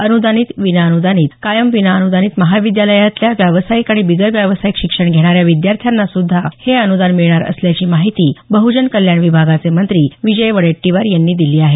अनुदानित विनाअनुदानित कायम विनाअनुदानित महाविद्यालयांतल्या व्यावसायिक आणि बिगर व्यावसायिक शिक्षण घेणाऱ्या विद्यार्थ्यांनासुद्धा हे अनुदान मिळणार असल्याची माहिती बह्जन कल्याण विभागाचे मंत्री विजय वडेट्टीवार यांनी दिली आहे